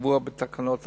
קבוע בתקנות החוק.